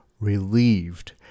Relieved